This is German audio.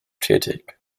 tätig